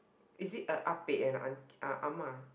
it is a Ah Pek and Ah Ah Ma